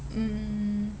mm